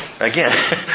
again